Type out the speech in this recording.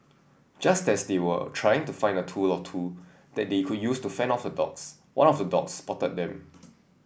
just as they were trying to find a tool or two that they could use to fend off the dogs one of the dogs spotted them